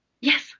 Yes